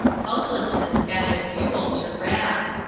helplessness added fuel to wrath.